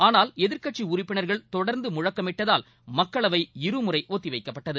ஆனால் எதிர்க்கட்சி உறுப்பினர்கள் தொடர்ந்து முழக்கமிட்டதால் மக்களவை இருமுறை ஒத்தி வைக்கப்பட்டது